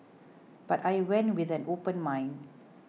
but I went with an open mind